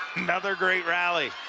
another great rally